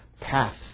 paths